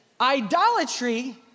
idolatry